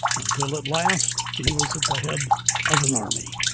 until at last he was at the head of an army.